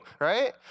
right